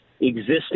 existing